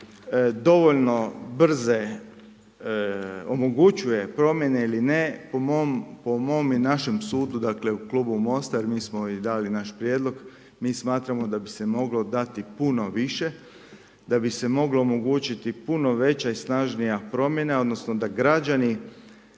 dovoljno brze, omogućuje promjene ili ne, po i našem sudu u Klubu Mosta, jer mi smo i dali naš prijedlog, mi smatramo da bi se moglo dati puno više, da bi se moglo omogućiti puno veća i snažnija promjena, odnosno, da građani